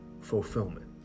fulfillment